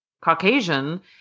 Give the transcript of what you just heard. Caucasian